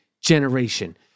generation